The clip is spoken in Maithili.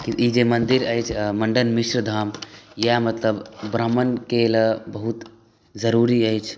ई जे मन्दिर अछि मण्डन मिश्र धाम इएह मतलब ब्राह्मणके लए बहुत जरूरी अछि